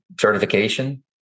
certification